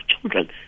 children